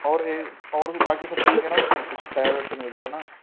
اور اور سب باقی سب ٹھیک ہے نا اس میں کچھ ٹائر وائر نہیں بدلوانا